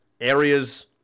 areas